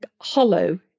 hollow